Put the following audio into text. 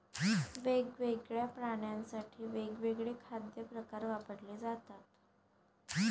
वेगवेगळ्या प्राण्यांसाठी वेगवेगळे खाद्य प्रकार वापरले जातात